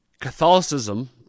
Catholicism